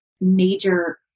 major